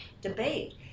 debate